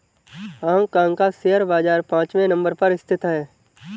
Hong Kong का share बाजार पांचवे नम्बर पर स्थित है